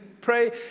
pray